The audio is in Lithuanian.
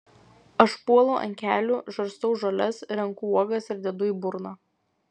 aš puolu ant kelių žarstau žoles renku uogas ir dedu į burną